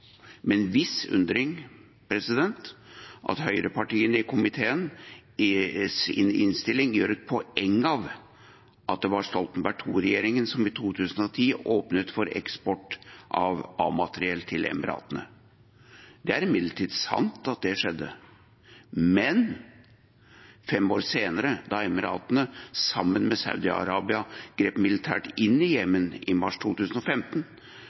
med en viss undring at høyrepartiene i komiteen gjør et poeng av i innstillingen at det var Stoltenberg II-regjeringen som i 2010 åpnet for eksport av A-materiell til Emiratene. Det er imidlertid sant at det skjedde, men fem år senere, i mars 2015, da Emiratene sammen med Saudi-Arabia grep militært inn i